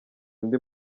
undi